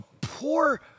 poor